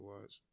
watch